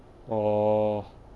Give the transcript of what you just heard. oh